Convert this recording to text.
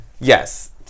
Yes